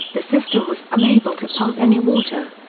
the system was unable to pump any water.